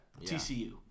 TCU